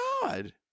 God